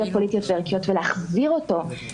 או עריצות המפלגות הקטנות וריכוז כוח עצום